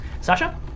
Sasha